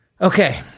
Okay